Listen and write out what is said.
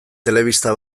telebista